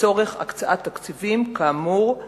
לצורך הקצאת תקציבים כאמור,